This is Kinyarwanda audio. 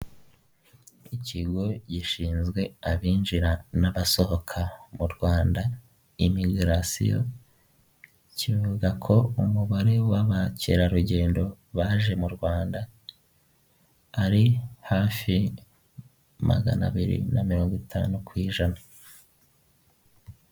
Ikigo gishinzwe abinjira n'abasohoka mu Rwanda imigirasiyo kivuga ko umubare w'abakerarugendo baje mu Rwanda ari hafi magana abiri na mirongo itanu ku ijana.